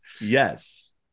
Yes